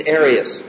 areas